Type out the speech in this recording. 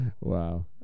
Wow